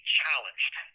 challenged